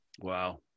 Wow